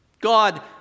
God